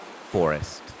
forest